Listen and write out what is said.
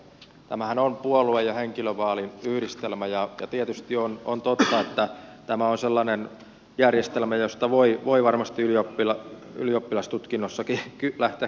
tämähän on puolue ja henkilövaalin yhdistelmä ja tietysti on totta että tämä on sellainen järjestelmä josta voi varmsti ylioppilastutkinnossakin lähteä kysymään